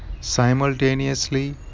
simultaneously